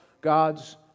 God's